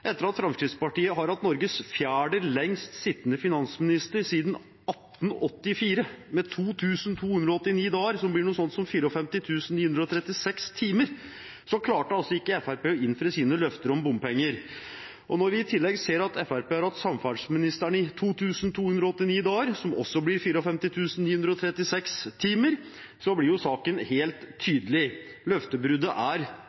Etter at Fremskrittspartiet har hatt Norges fjerde lengst sittende finansminister siden 1884, med 2 289 dager, som blir noe sånt som 54 936 timer, klarte altså ikke Fremskrittspartiet å innfri sine løfter om bompenger. Når vi i tillegg ser at Fremskrittspartiet har hatt samferdselsministeren i 2 289 dager, som også blir 54 936 timer, blir jo saken helt tydelig. Løftebruddet er